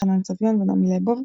חנן סביון ונעמי לבוב.